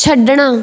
ਛੱਡਣਾ